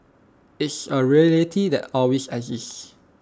it's A reality that always exist